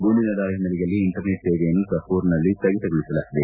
ಗುಂಡಿನ ದಾಳಿ ಹಿನ್ನೆಲೆಯಲ್ಲಿ ಇಂಟರ್ನೆಟ್ ಸೇವೆಯನ್ನು ಸಪೂರನಲ್ಲಿ ಸ್ವಗಿತಗೊಳಿಸಲಾಗಿದೆ